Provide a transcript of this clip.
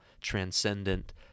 transcendent